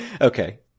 Okay